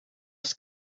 als